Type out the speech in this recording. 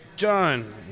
John